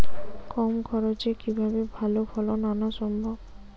কম খরচে কিভাবে ভালো ফলন আনা সম্ভব?